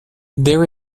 there